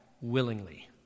willingly